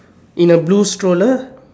in a blue stroller